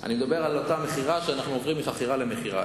אני מדבר על אותה מכירה שאנחנו עוברים מחכירה למכירה.